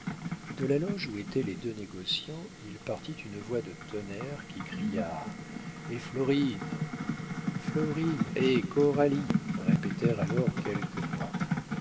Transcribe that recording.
de la loge où étaient les deux négociants il partit une voix de tonnerre qui cria et florine florine et coralie répétèrent alors quelques voix